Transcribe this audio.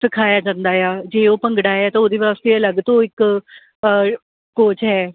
ਸਿਖਾਇਆ ਜਾਂਦਾ ਹੈ ਆ ਜੇ ਉਹ ਭੰਗੜਾ ਹੈ ਤਾਂ ਉਹਦੇ ਵਾਸਤੇ ਅਲੱਗ ਤੋਂ ਇੱਕ ਕੋਚ ਹੈ